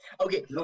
Okay